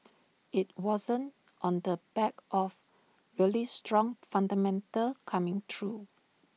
IT wasn't on the back of really strong fundamentals coming through